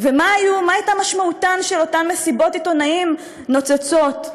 ומה הייתה משמעותן של אותן מסיבות עיתונאים נוצצות,